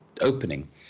opening